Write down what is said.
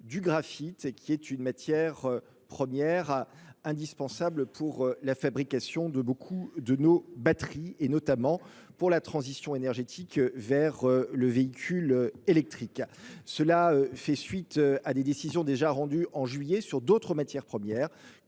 du graphite, qui est une matière première indispensable pour la fabrication de beaucoup de nos batteries, notamment pour la transition énergétique vers le véhicule électrique. Cette annonce fait suite à des décisions déjà rendues en juillet sur d’autres matières premières,